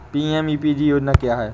PMEPG योजना क्या है?